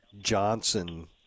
Johnson